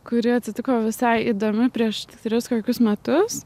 kuri atsitiko visai įdomi prieš tris kokius metus